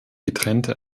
getrennte